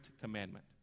commandment